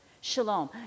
shalom